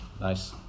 Nice